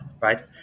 right